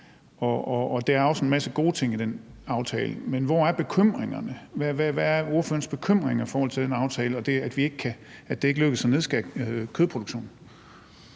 og der er også en masse gode ting i den aftale, men hvor er bekymringerne? Hvad er ordførerens bekymringer i forhold til den aftale og det, at det ikke lykkedes at skære ned på kødproduktionen?